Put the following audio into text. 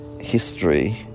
history